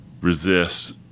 resist